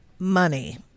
Money